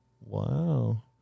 wow